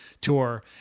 tour